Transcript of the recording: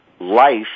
life